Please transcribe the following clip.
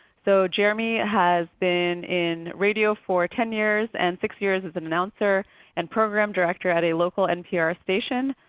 so jeremy has been in radio for ten years and six years as an announcer and program director at a local npr station.